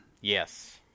Yes